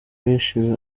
wishe